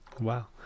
wow